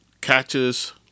catches